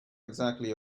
exactly